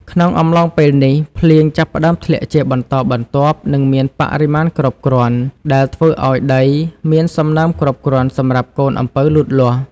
ក្នុងអំឡុងពេលនេះ ភ្លៀងចាប់ផ្តើមធ្លាក់ជាបន្តបន្ទាប់ និងមានបរិមាណគ្រប់គ្រាន់ ដែលធ្វើឱ្យដីមានសំណើមគ្រប់គ្រាន់សម្រាប់កូនអំពៅលូតលាស់។